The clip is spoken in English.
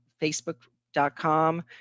Facebook.com